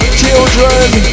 children